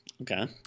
Okay